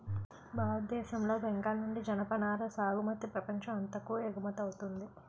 భారతదేశం లో బెంగాల్ నుండి జనపనార సాగుమతి ప్రపంచం అంతాకు ఎగువమౌతుంది